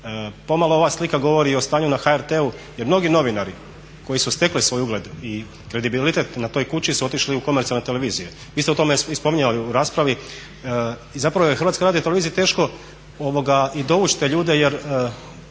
Pomalo ova slika govori i o stanju na HRT-u jer mnogi novinari koji su stekli svoj ugled i kredibilitet na toj kući su otišli u komercijalne televizije. Vi ste u tome spominjali u raspravi i zapravo je HRT teško i dovući te ljude jer